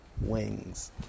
wings